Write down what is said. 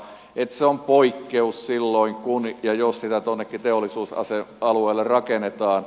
se on poikkeus silloin kun ja jos sitä tuonnekin teollisuusalueelle rakennetaan